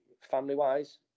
family-wise